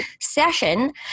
session